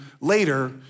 later